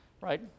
right